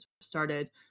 started